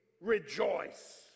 rejoice